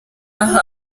aha